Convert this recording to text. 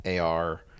AR